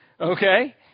okay